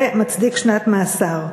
זה מצדיק שנת מאסר.